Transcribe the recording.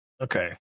Okay